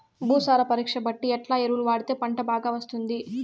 భూసార పరీక్ష బట్టి ఎట్లా ఎరువులు వాడితే పంట బాగా వస్తుంది?